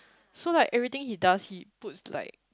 so like everything he does he puts like